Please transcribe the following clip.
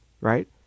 right